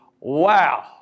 wow